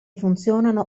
funzionano